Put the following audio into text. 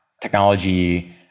technology